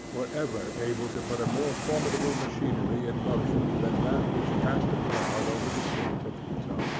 were ever able to put a more formidable machinery in motion than that which cast a cloud over the state of utah.